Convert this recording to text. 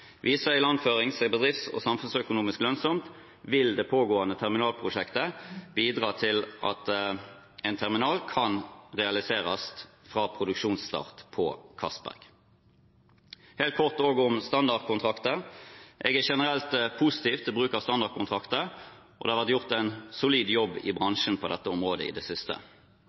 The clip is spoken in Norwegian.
ilandføring seg bedrifts- og samfunnsøkonomisk lønnsomt, vil det pågående terminalprosjektet bidra til at en terminal kan realiseres fra produksjonsstart på Johan Castberg-feltet. Helt kort også om standardkontrakter: Jeg er generelt positiv til bruk av standardkontrakter, og det har vært gjort en solid jobb i bransjen på dette området i det siste.